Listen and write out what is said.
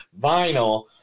vinyl